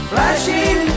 Flashing